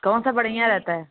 कौन सा बढ़िया रहता है